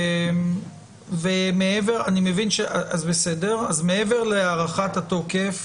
אז מעבר להארכת התוקף